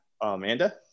Amanda